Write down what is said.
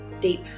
deep